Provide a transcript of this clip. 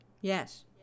Yes